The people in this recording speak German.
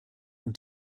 und